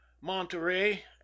Monterey